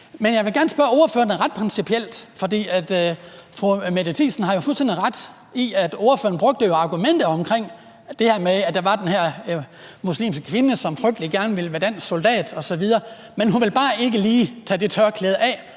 Men jeg vil gerne spørge ordføreren om noget rent principielt. Fru Mette Thiesen har jo fuldstændig ret i, at ordføreren brugte argumentet med den her muslimske kvinde, som frygtelig gerne ville være dansk soldat osv. Men hun ville bare ikke lige tage det tørklæde af